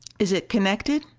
is it connected?